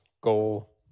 goal